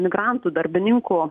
migrantų darbininkų